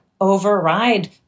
override